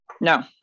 No